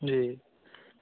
जी